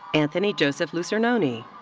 anthony joseph lucernoni.